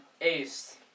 Ace